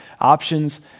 options